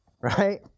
right